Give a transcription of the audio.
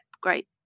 great